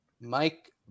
Mike